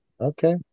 Okay